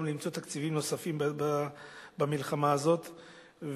למצוא תקציבים נוספים למלחמה הזאת.